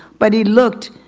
but he looked,